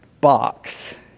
box